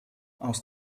aus